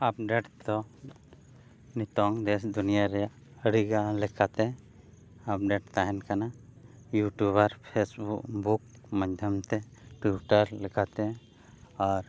update ᱫᱚ ᱱᱤᱛᱚᱝ ᱫᱮᱥ ᱫᱩᱱᱤᱭᱟᱹ ᱨᱮ ᱟᱹᱰᱤᱜᱟᱱ ᱟᱯᱰᱮᱹᱴ ᱛᱟᱦᱮᱱ ᱠᱟᱱᱟ ᱤᱭᱩᱴᱩᱵᱽ ᱟᱨ ᱯᱷᱮᱹᱥᱵᱩᱠ ᱞᱮᱠᱟᱛᱮ ᱢᱟᱫᱽᱫᱷᱚᱢ ᱛᱮ ᱴᱩᱭᱴᱟᱨ ᱞᱮᱠᱟᱛᱮ ᱟᱨ